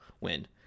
win